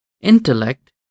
Intellect